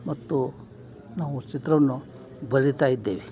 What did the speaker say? ಮತ್ತು ನಾವು ಚಿತ್ರವನ್ನು ಬರಿತಾಯಿದ್ದೇವೆ